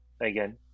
again